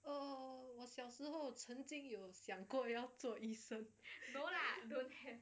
oh 我小时候曾经有想过要做医生 no lah don't have